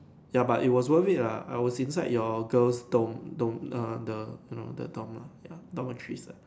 ya but it was worth it lah I was inside your girls dorm dorm err the you know the dorm lah ya dormitory